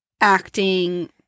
acting